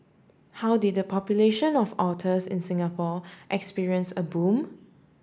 how did the population of otters in Singapore experience a boom